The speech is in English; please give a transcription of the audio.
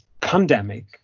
pandemic